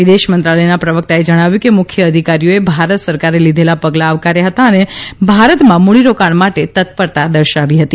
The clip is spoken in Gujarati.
વિદેશ મંત્રાલયના પ્રવકતાએ જણાવ્યું કે મુખ્ય અધિકારીઓએ ભારત સરકારે લીધેલા પગલા આવકાર્યા હતા અને ભારતમાં મુડીરોકાણ માટે તત્પરતા દર્શાવી હતી